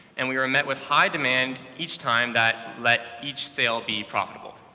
and we were met with high demand each time that let each sale be profitable.